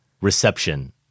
reception